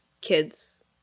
kids